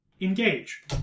Engage